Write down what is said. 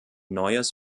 neues